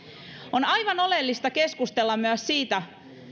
on aivan oleellista keskustella myös siitä